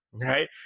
Right